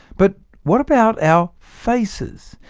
but what about our faces?